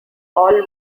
all